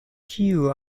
ĉiuj